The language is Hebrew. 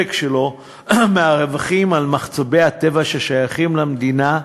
שלו מהרווחים על מחצבי הטבע ששייכים למדינה,